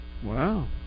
Wow